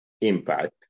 impact